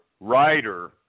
writer